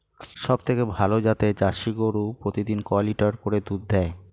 সবথেকে ভালো জাতের জার্সি গরু প্রতিদিন কয় লিটার করে দুধ দেয়?